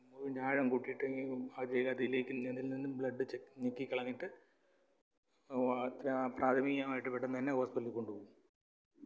മുറിവിൻ്റെ ആഴം കൂട്ടിയിട്ട് അതിലേക്ക് അതിൽ നിന്നും ബ്ലഡ്ഡ് ചെ ഞെക്കി കളഞ്ഞിട്ട് പ്രാഥമികമായിട്ട് പെട്ടെന്ന് തന്നെ ഹോസ്പിറ്റലിൽ കൊണ്ടുപോവും